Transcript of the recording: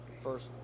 first